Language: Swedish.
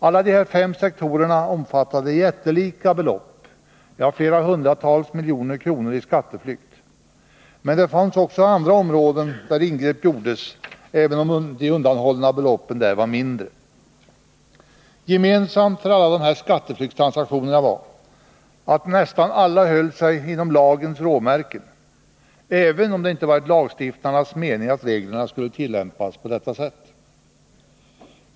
Alla de här fem sektorerna omfattade jättelika belopp på flera hundratals miljoner kronor i skatteflykt, men det fanns också andra områden där ingrepp gjordes, även om de undandragna beloppen där var mindre. Gemensamt för alla dessa skatteflyktstransaktioner var att de nästan alla höll sig inom lagens råmärken, även om det inte hade varit lagstiftarnas mening att reglerna skulle tillämpas på det sätt som gjordes.